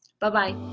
Bye-bye